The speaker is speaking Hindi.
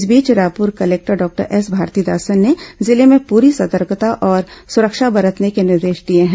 इस बीच Raipur collector doctor S Bharathidasan ने जिले में पूरी सतर्कता और सुरक्षा बरतने के निर्देश दिए हैं